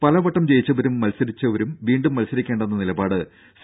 പലവട്ടം ജയിച്ചവരും മത്സരിച്ചവരും വീണ്ടും മത്സരിക്കേണ്ടെന്ന നിലപാട് സി